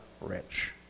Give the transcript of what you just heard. rich